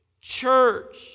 church